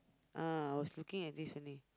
ah I was looking at this only